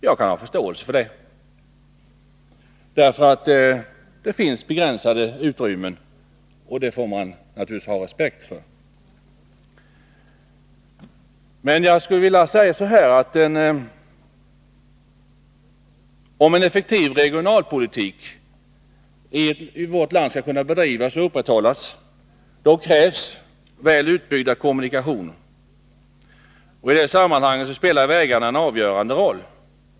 Jag kan ha förståelse för detta, för det finns begränsade utrymmen, och det får man naturligtvis ha respekt för. Om en effektiv regionalpolitik i vårt land skall kunna bedrivas och upprätthållas krävs väl utbyggda kommunikationer. I det sammanhanget spelar vägarna en avgörande roll.